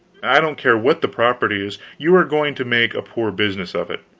i don't care what the property is, you are going to make a poor business of it,